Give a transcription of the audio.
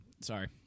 Sorry